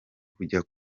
kujya